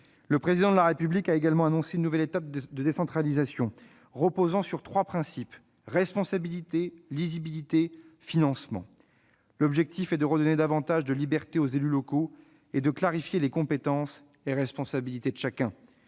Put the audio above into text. Le Président de la République a également annoncé une nouvelle étape de décentralisation reposant sur trois principes : responsabilité, lisibilité, financement. L'objectif est de redonner davantage de liberté aux élus locaux et de clarifier les compétences et responsabilités de chacun.